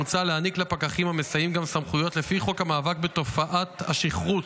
מוצע להעניק לפקחים המסייעים גם סמכויות לפי חוק המאבק בתופעת השכרות,